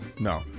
No